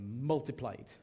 multiplied